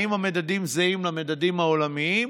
האם המדדים זהים למדדים הבין-לאומיים,